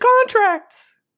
contracts